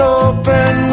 open